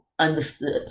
Understood